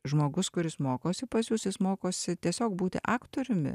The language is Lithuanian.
žmogus kuris mokosi pas jus jis mokosi tiesiog būti aktoriumi